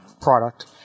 product